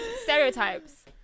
stereotypes